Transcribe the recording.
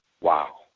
Wow